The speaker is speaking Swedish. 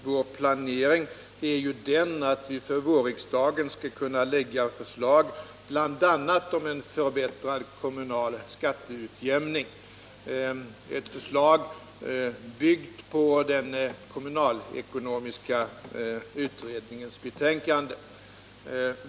Vår planering går ju ut på att vi skall kunna lägga fram förslag för vårriksdagen om bl.a. en förbättring av den kommunala skatteutjämningen, förslag byggda på den kommunalekonomiska utredningens betänkande.